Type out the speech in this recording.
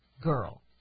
girl